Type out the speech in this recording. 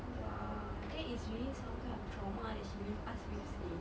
ya that is really some kind of trauma that she leave us with seh